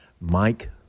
Mike